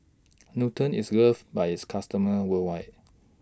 Nutren IS loved By its customers worldwide